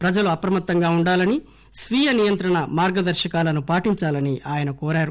ప్రజలు అప్రమత్తంగా వుండాలని స్వీయ నియంత్రణ మార్గదర్శకాలను పాటించాలని ఆయన కోరారు